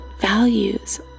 values